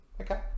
Okay